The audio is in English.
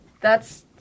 That's-